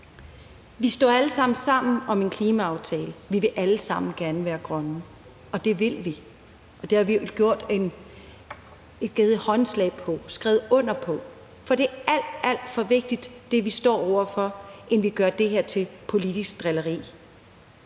Vi står alle sammen sammen om en klimaaftale. Vi vil alle sammen gerne være grønne. Det vil vi, og det har vi givet håndslag på, skrevet under på. For det, vi står over for, er alt, alt for vigtigt til, at vi gør det her til politisk drilleri.